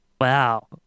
Wow